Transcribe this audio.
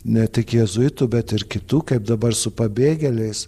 ne tik jėzuitų bet ir kitų kaip dabar su pabėgėliais